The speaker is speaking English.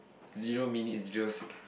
zero minutes zero second